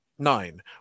Nine